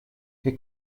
che